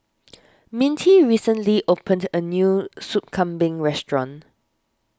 Mintie recently opened a new Sup Kambing restaurant